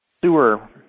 sewer